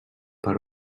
per